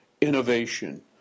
innovation